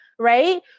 Right